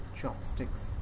chopsticks